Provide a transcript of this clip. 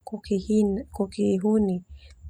Koki hina koki huni.